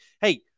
hey